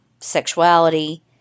sexuality